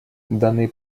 данный